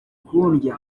kundya